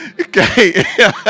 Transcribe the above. Okay